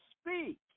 speak